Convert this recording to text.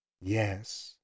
Yes